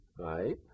right